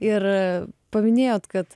ir paminėjot kad